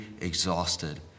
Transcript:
exhausted